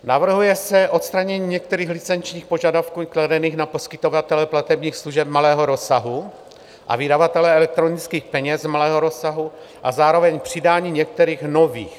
Navrhuje se odstranění některých licenčních požadavků kladených na poskytovatele platebních služeb malého rozsahu a vydavatele elektronických peněz malého rozsahu a zároveň přidání některých nových.